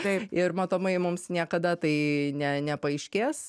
taip ir matomai mums niekada tai ne nepaaiškės